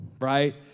right